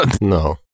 No